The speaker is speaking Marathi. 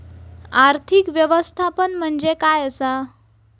आर्थिक व्यवस्थापन म्हणजे काय असा?